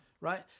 Right